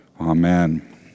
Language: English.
amen